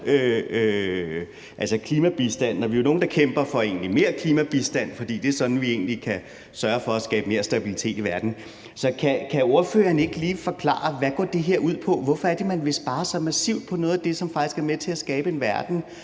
altså klimabistanden. Og vi er jo nogle, der kæmper for mere klimabistand, for det er jo sådan, vi egentlig kan sørge for at skabe mere stabilitet i verden. Så kan ordføreren ikke lige forklare: Hvad går det her ud på? Hvorfor er det, man vil spare så massivt på noget af det, som faktisk er med til at skabe en verden,